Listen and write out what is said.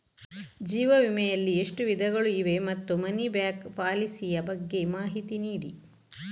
ಜೀವ ವಿಮೆ ಯಲ್ಲಿ ಎಷ್ಟು ವಿಧಗಳು ಇವೆ ಮತ್ತು ಮನಿ ಬ್ಯಾಕ್ ಪಾಲಿಸಿ ಯ ಬಗ್ಗೆ ಮಾಹಿತಿ ನೀಡಿ?